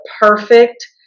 perfect